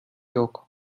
yok